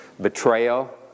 betrayal